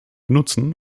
nutzen